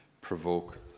provoke